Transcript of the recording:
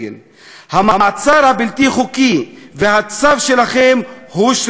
המעצר הבלתי-חוקי והצו שלכם הוא שרירותי.